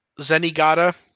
Zenigata